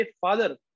father